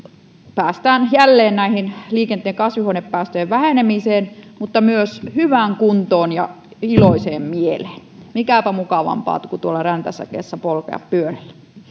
päästään jälleen tähän liikenteen kasvihuonepäästöjen vähenemiseen mutta myös hyvään kuntoon ja iloiseen mieleen mikäpä mukavampaa kuin tuolla räntäsateessa polkea pyörällä pyöräily